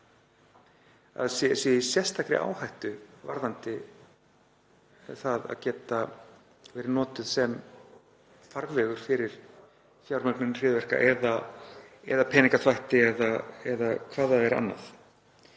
að sé í sérstakri áhættu varðandi það að vera notuð sem farvegur fyrir fjármögnun hryðjuverka eða peningaþvætti eða hvað það er annað.